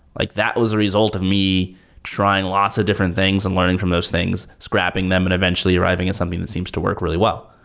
like that was a result of me trying lots of different things and learning from those things. scrapping them and eventually arriving at something that seems to work really well.